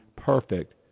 perfect